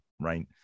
right